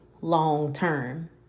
long-term